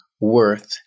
worth